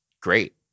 great